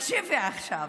תקשיבי עכשיו.